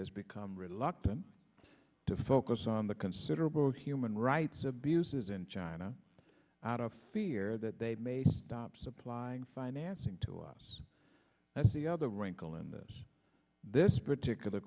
has become reluctant to focus on the considerable human rights abuses in china out of fear that they may stop supplying financing to us that's the other wrinkle in this this particular